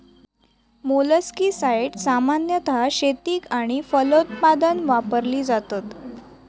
मोलस्किसाड्स सामान्यतः शेतीक आणि फलोत्पादन वापरली जातत